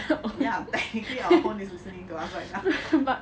ya technically our phones is listening to us right now